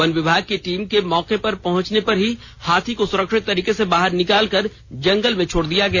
one विभाग की team के मौके पर पहंचने पर ही हाथी को सुरक्षित तरीके से बाहर निकाल कर जंगल में छोड़ दिया गया